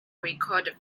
recorded